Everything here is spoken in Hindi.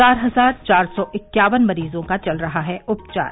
चार हजार चार सौ इक्यावन मरीजों का चल रहा है उपचार